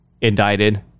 indicted